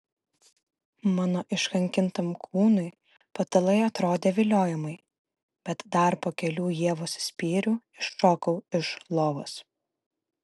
mano iškankintam kūnui patalai atrodė viliojamai bet dar po kelių ievos spyrių iššokau iš lovos